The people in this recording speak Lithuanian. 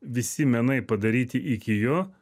visi menai padaryti iki jo